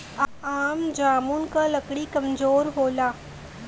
आम जामुन क लकड़ी कमजोर होला